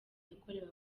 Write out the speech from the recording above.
yakorewe